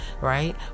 Right